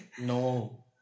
No